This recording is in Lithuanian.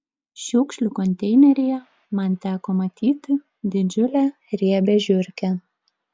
šiukšlių konteineryje man teko matyti didžiulę riebią žiurkę